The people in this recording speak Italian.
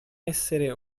essere